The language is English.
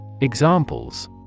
Examples